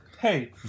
Hey